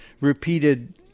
repeated